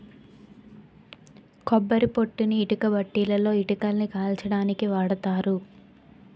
కొబ్బరి పొట్టుని ఇటుకబట్టీలలో ఇటుకలని కాల్చడానికి వాడతారు